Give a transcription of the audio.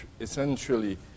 essentially